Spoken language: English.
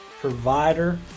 provider